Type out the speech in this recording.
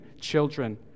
children